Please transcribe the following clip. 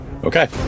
Okay